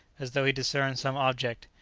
as though he discerned some object,